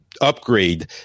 upgrade